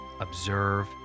observe